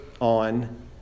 on